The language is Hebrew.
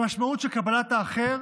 המשמעות של קבלת האחר